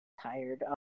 Tired